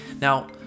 Now